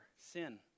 sin